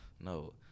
no